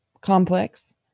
Complex